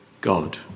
God